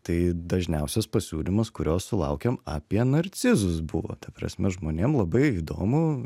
tai dažniausias pasiūlymas kurio sulaukėm apie narcizus buvo ta prasme žmonėm labai įdomu